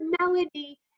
melody